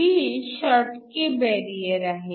ही Schottky barrier आहे